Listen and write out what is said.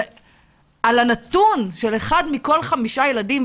על הנתון של אחד מכל חמישה ילדים,